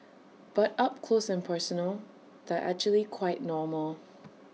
but up close and personal they're actually quite normal